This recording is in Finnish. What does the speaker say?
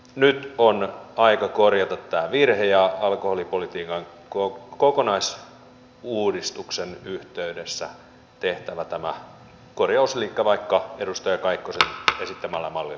nyt on aika korjata tämä virhe ja alkoholipolitiikan kokonaisuudistuksen yhteydessä tehtävä tämä korjausliike vaikka edustaja kaikkosen esittämällä mallilla